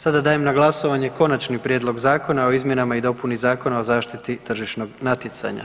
Sada dajem na glasovanje Konačni prijedlog zakona o izmjenama i dopuni Zakona o zaštiti tržišnog natjecanja.